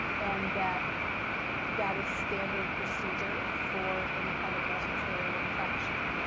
and that that is standard procedure for any kind of respiratory infection.